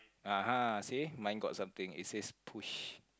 !uh-huh! see mine got something it says push